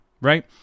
right